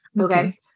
Okay